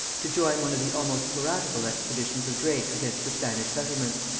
to join one of the almost piratical expeditions of drake against the spanish settlements.